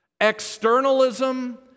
Externalism